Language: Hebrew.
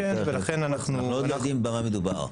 ואנחנו לא יודעים במה מדובר,